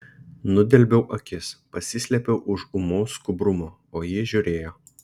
nudelbiau akis pasislėpiau už ūmaus skubrumo o ji žiūrėjo